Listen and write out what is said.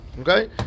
Okay